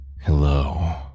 Hello